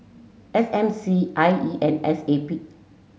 S M C I E and S A P